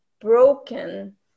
broken